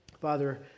Father